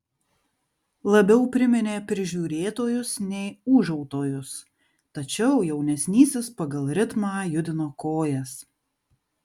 labiau priminė prižiūrėtojus nei ūžautojus tačiau jaunesnysis pagal ritmą judino kojas